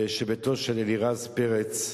שביתו של אלירז פרץ,